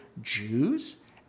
Jews